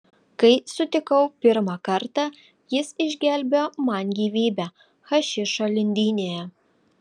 kai sutikau pirmą kartą jis išgelbėjo man gyvybę hašišo lindynėje